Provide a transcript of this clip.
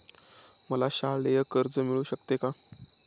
मला शालेय कर्ज मिळू शकते का?